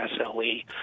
SLE